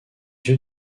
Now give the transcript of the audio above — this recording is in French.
yeux